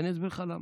ואני אסביר לך למה.